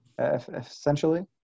essentially